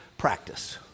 practice